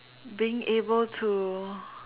being able to